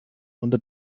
unter